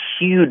huge